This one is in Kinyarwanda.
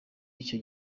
icyo